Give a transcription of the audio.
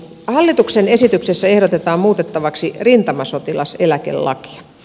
hallituksen esityksessä ehdotetaan muutettavaksi rintamasotilaseläkelakia